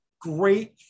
great